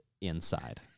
inside